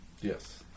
Yes